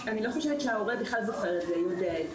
אני לא חושבת שההורה בכלל זוכר ויודע את זה.